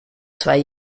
zwei